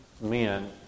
men